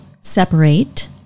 separate